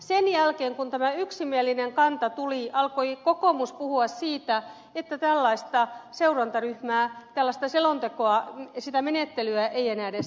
sen jälkeen kun tämä yksimielinen kanta tuli alkoi kokoomus puhua siitä että tällaista seurantaryhmää tällaista selontekoa sitä menettelyä ei enää edes tarvita